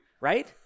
right